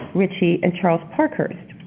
ritchie and charles parkhurst.